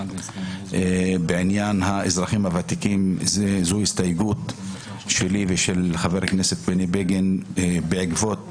בעניין האזרחים הוותיקים זו הסתייגות שלי ושל חה"כ בני בגין בעקבות